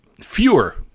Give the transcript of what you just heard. fewer